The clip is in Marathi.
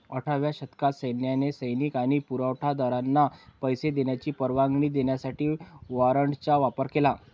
अठराव्या शतकात सैन्याने सैनिक आणि पुरवठा दारांना पैसे देण्याची परवानगी देण्यासाठी वॉरंटचा वापर केला